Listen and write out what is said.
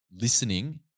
listening –